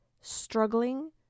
struggling